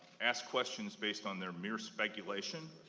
ask questions based on their mere speculation.